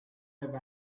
have